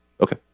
okay